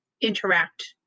interact